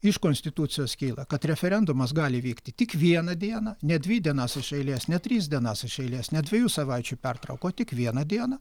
iš konstitucijos kyla kad referendumas gali vykti tik vieną dieną ne dvi dienas iš eilės ne tris dienas iš eilės ne dviejų savaičių pertrauka o tik vieną dieną